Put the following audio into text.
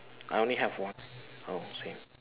I only have one oh same